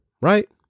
right